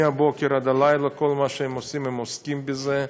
מהבוקר עד הלילה בכל מה שהם עושים, הם עוסקים בזה,